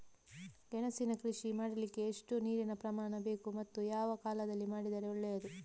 ಗೆಣಸಿನ ಕೃಷಿ ಮಾಡಲಿಕ್ಕೆ ಎಷ್ಟು ನೀರಿನ ಪ್ರಮಾಣ ಬೇಕು ಮತ್ತು ಯಾವ ಕಾಲದಲ್ಲಿ ಮಾಡಿದರೆ ಒಳ್ಳೆಯದು?